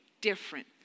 different